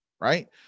right